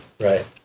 Right